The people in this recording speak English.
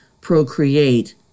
procreate